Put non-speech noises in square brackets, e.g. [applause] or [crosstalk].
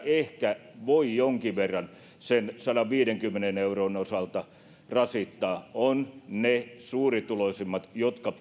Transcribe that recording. ehkä voi jonkin verran sen sadanviidenkymmenen euron osalta rasittaa ovat ne suurituloisimmat jotka [unintelligible]